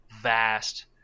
vast